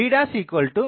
75 a0